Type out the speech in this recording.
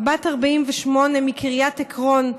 בת 48 מקריית עקרון.